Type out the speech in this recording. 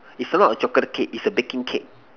is a lot of chocolate cake is a baking cake